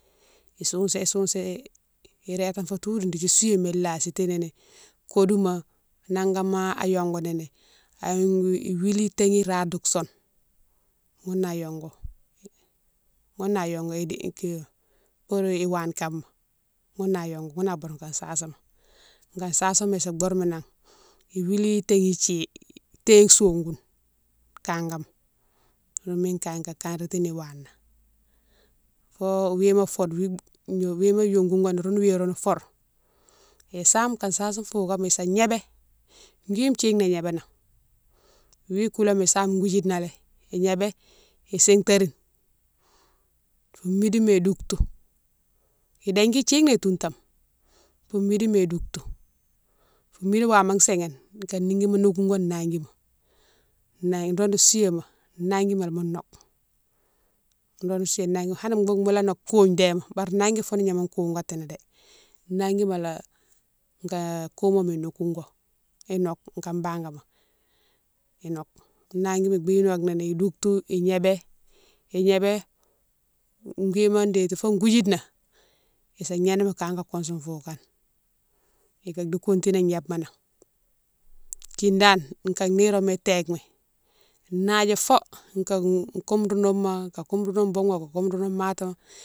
Isounsé sounsé irétanfo toudou dékdi souwéma ilasitini kodouma, nangama a yongouni ni, ayongouni wili taghi rare di soune ghounné a yongou, ghounné yongou pour iwane kane ghounné yongou, ghounné a boure fo sasima, ka sasoma isa bour mi nan iwili taghi thine, taghi sogoune kagama ghounou mine kaye ka kanratine wana fo wima foure, wima yongougoni ghounne wighoune foure isame ka sasi fougama isa gnébé gouil thine né gnébé nan. Wi koulama isame gouildjinalé ignébé isintarine fou midima idougtou idingui thine lé tountame, fou midima idoutou, midi wama sighine ka niguima nogouwo nanguima nangui, nro ro souwéma nanguima lé mo noke nro ro souwéma hanni boune mola noke kougne déma bari nanguima foune gnama kouguatini dé nanguima lé ka koumoma nokougo inoke ka bangama inoke, nanguima bi noke nini idougtou ignébé ignébé gouilma déti fo gouildjina isa gnénami ka ka kousoune fougane, ikadi kontiné gnébe nan, kine dane ka niroma téke mi nadjé fo ka kombroma, ka kombroma boughe ma, ka kombroma mati.